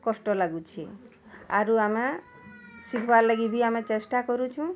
କଷ୍ଟ ଲାଗୁଛି ଆରୁ ଆମେ ଶିଖ୍ବାର୍ ଲାଗି ବି ଆମେ ଚେଷ୍ଟା କରୁଛୁଁ